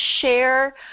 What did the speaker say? share